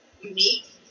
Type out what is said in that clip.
unique